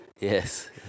Yes